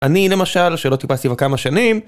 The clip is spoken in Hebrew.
אני למשל, שלא טיפסתי כבר כמה שנים